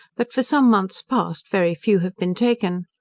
but for some months past very few have been taken.